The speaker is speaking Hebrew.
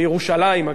בירושלים,